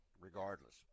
regardless